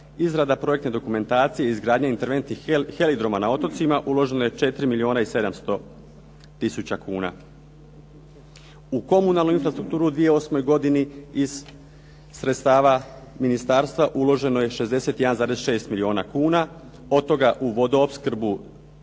izrada projektne dokumentacije, izgradnja interventnih helidroma na otocima uloženo je 4 milijuna i 700 tisuća kuna. U komunalnu infrastrukturu u 2008. godini iz sredstava Ministarstva uloženo je 61,6 milijuna kuna, od toga u vodoopskrbu